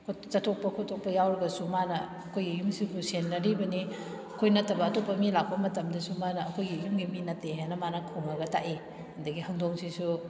ꯆꯠꯊꯣꯛꯄ ꯈꯣꯠꯇꯣꯛꯄ ꯌꯥꯎꯔꯒꯁꯨ ꯃꯥꯅ ꯑꯩꯈꯣꯏꯒꯤ ꯌꯨꯝꯁꯤꯕꯨ ꯁꯦꯟꯅꯔꯤꯕꯅꯤ ꯑꯩꯈꯣꯏ ꯅꯠꯇꯕ ꯑꯇꯣꯞꯄ ꯃꯤ ꯂꯥꯛꯄ ꯃꯇꯝꯗꯁꯨ ꯃꯥꯅ ꯑꯩꯈꯣꯏꯒꯤ ꯌꯨꯝꯒꯤ ꯃꯤ ꯅꯠꯇꯦ ꯍꯥꯏꯅ ꯃꯥꯅ ꯈꯣꯡꯉꯒ ꯇꯥꯛꯏ ꯑꯗꯒꯤ ꯍꯧꯗꯣꯡꯁꯤꯁꯨ